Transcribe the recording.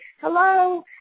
Hello